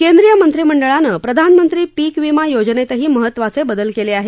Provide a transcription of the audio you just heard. केंद्रीय मंत्रिमंडळानं प्रधानमंत्री पीक वीमा योजनेतही महत्वाचे ब ल केले आहेत